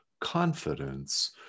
confidence